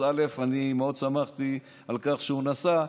אז אני מאוד שמחתי על כך שהוא נסע,